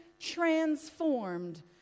transformed